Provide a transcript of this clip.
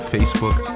Facebook